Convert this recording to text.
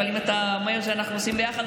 אבל אם אתה אומר שאנחנו עושים ביחד,